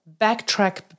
backtrack